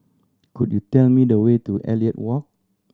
could you tell me the way to Elliot Walk